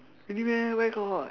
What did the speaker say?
really meh where got